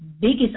biggest